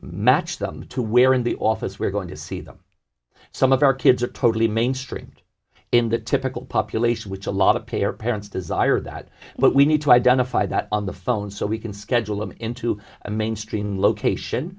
match them to where in the office we're going to see them some of our kids are totally mainstreamed in the typical population which a lot of peer parents desire that but we need to identify that on the phone so we can schedule them into a mainstream location